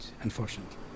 Unfortunately